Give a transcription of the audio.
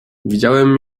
widziałem